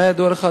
מה ידוע לך,